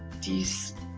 these